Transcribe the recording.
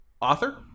Author